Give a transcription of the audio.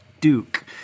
Duke